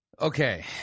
Okay